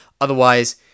Otherwise